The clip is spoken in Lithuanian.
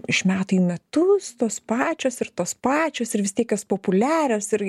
iš metai į metus tos pačios ir tos pačios ir vis tiek jos populiarios ir